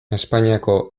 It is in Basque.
espainiako